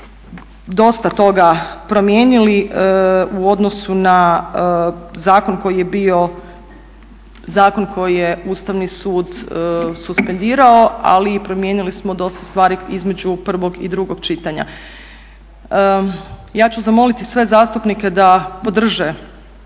dosta toga promijenili u odnosu na zakon koji je bio zakon koji je Ustavni sud suspendirao, ali promijenili smo dosta stvari između prvog i drugog čitanja. Ja ću zamoliti sve zastupnike da podrže